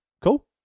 cool